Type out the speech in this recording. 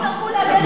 הם יצטרכו להגן,